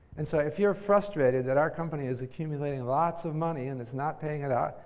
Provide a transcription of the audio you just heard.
and so, if you're frustrated that our company is accumulating lots of money and it's not paying it out.